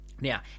Now